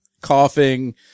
coughing